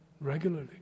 regularly